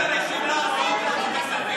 למה אתה עושה את זה?